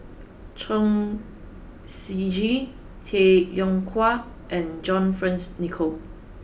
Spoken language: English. Chen Shiji Tay Yong Kwang and John Fearns Nicoll